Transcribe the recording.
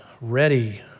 ready